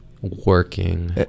working